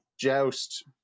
Joust